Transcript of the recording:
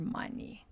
money